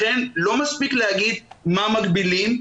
לכן לא מספיק להגיד מה מגבילים,